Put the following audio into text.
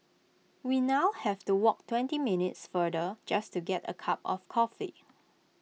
we now have to walk twenty minutes farther just to get A cup of coffee